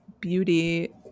beauty